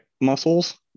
muscles